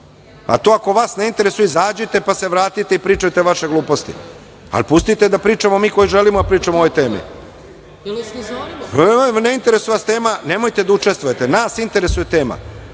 A to ako vas ne interesuje, izađite, pa se vratite i pričajte vaše gluposti, ali pustite da pričamo mi koji želimo da pričamo o ovoj temi. Ne interesuje vas tema, nemojte da učestvujete. Nas interesuje tema.